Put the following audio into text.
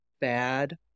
bad